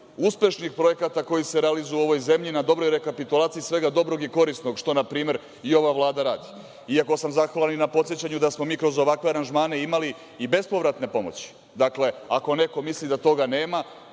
uspešnih projekata koji se realizuju u ovoj zemlji, na dobroj rekapitulaciji svega dobrog i korisnog, što na primer i ova Vlada radi. Iako sam zahvalan i na podsećanju da smo mi kroz ovakve aranžmane imali i bespovratne pomoći. Dakle, ako neko misli da toga nema,